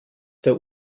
der